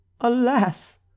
Alas